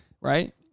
right